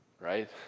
right